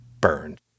burned